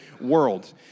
world